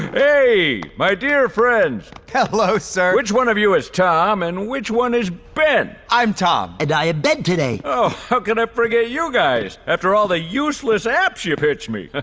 hey, my dear friends. hello sir. which one of you is tom and which one is ben? i'm tom. and i am ah ben today. ah how could i forget you guys after all the useless apps ya pitch me?